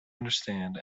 understand